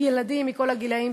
ילדים בכל הגילים,